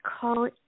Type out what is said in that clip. call